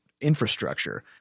infrastructure